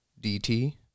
DT